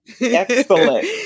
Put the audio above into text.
Excellent